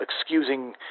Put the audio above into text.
excusing